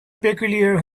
peculiar